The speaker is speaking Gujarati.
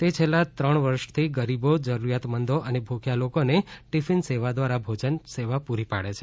તે છેલ્લા ત્રણ વર્ષથી ગરીબો જરૂરિયાત મંદો અને ભૂખ્યા લોકોને ટિફિન સેવા દ્વારા ભોજન સેવા પૂરી પાડે છે